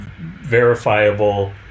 verifiable